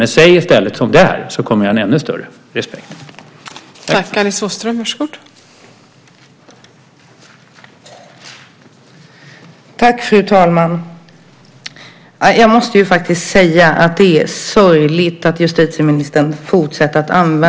Men säg i stället som det är, så kommer jag att ha ännu större respekt!